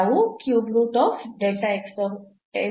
ನಾವು ಅನ್ನು ಮಾತ್ರ ಪಡೆಯುತ್ತೇವೆ